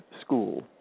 school